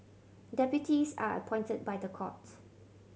deputies are appointed by the court